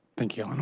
thank you.